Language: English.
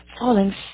falling